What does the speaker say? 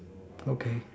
okay